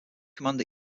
command